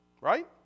Right